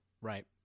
Right